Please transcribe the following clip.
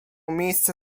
miejsce